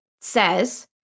says